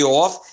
off